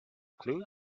clue